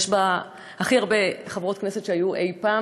יש בה הכי הרבה חברות כנסת שהיו אי-פעם,